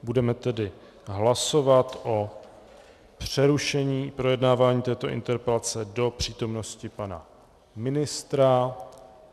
Budeme tedy hlasovat o přerušení projednávání této interpelace do přítomnosti pana ministra.